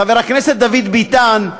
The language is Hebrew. חבר הכנסת דוד ביטן,